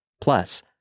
Plus